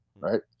right